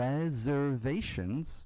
Reservations